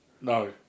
no